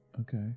okay